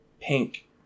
pink